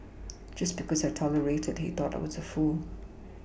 just because I tolerated he thought I was a fool